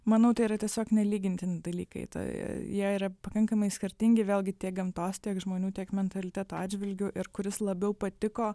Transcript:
manau tai yra tiesiog nelygintini dalykai tai jie yra pakankamai skirtingi vėlgi tiek gamtos tiek žmonių tiek mentaliteto atžvilgiu ir kuris labiau patiko